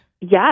Yes